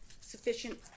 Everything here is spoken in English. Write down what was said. sufficient